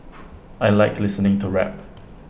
I Like listening to rap